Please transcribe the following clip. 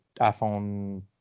iPhone